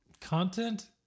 content